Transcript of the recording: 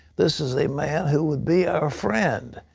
this is a man who would be our friend.